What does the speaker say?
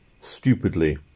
stupidly